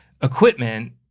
equipment